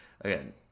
again